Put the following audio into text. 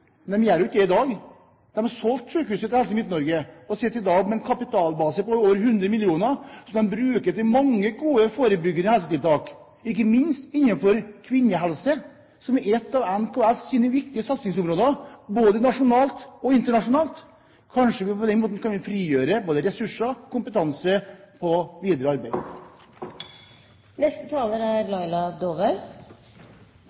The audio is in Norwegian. ikke det i dag. De har solgt sykehuset til Helse Midt-Norge og sitter i dag med en kapitalbase på over 100 mill. kr, som de bruker til mange gode forebyggende helsetiltak, ikke minst innenfor kvinnehelse, som er et av NKS' viktige satsingsområder både nasjonalt og internasjonalt. Kanskje vi på den måten kan frigjøre både ressurser og kompetanse til videre